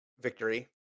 victory